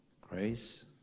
grace